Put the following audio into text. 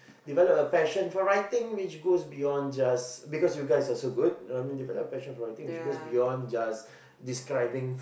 develop a passion for writing which goes beyond just because you guys are so good you know I mean develop a passion for writing which goes beyond just describing